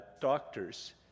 doctors